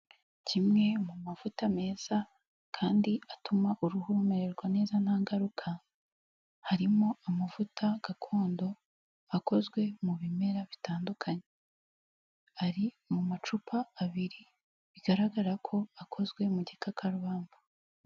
Kimwe mu mavuta meza, kandi atuma uruhu rumererwa neza nta ngaruka, harimo amavuta gakondo, akozwe mu bimera bitandukanye. Ari mu macupa abiri, bigaragara ko akozwe mu gikakarubamba.